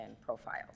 profiles